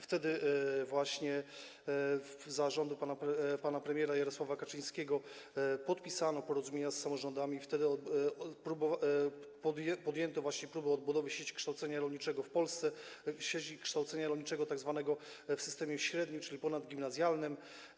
Wtedy właśnie, za rządów pana premiera Jarosława Kaczyńskiego, podpisano porozumienia z samorządami, podjęto próbę odbudowy sieci kształcenia rolniczego w Polsce, sieci kształcenia rolniczego w tzw. systemie średnim, czyli ponadgimnazjalnym.